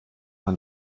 man